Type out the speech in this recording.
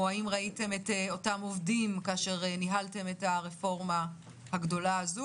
או האם ראיתם את אותם עובדים כאשר ניהלתם את הרפורמה הגדולה הזו,